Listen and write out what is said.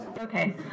Okay